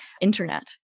internet